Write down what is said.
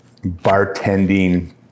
bartending